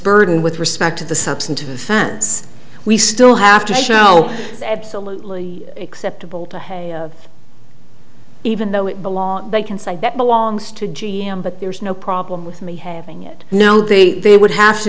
burden with respect to the substantive offense we still have to show absolutely acceptable to him even though it belong they can say that belongs to g m but there's no problem with me having it now the they would have to